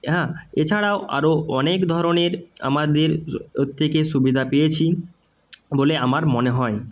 হ্যাঁ এছাড়াও আরো অনেক ধরনের আমাদের ওর থেকে সুবিধা পেয়েছি বলে আমার মনে হয়